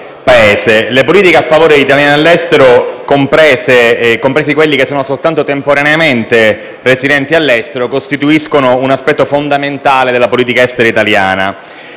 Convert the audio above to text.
Le politiche a favore degli italiano all'estero, compresi coloro soltanto temporaneamente residenti all'estero, costituiscono un aspetto fondamentale della politica estera italiana.